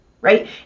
right